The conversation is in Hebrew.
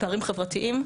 פערים חברתיים,